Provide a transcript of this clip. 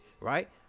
right